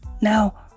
Now